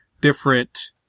different